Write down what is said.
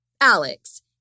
Alex